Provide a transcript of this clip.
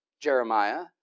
Jeremiah